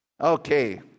okay